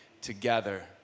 together